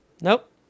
Nope